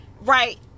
right